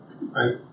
Right